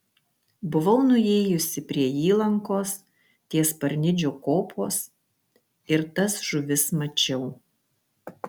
buvau nuėjusi prie įlankos ties parnidžio kopos ir tas žuvis mačiau